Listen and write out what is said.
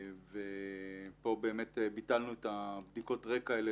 ופה באמת ביטלנו את בדיקות הרקע האלה